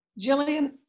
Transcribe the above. Jillian